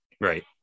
Right